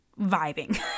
vibing